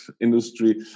industry